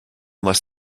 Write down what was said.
less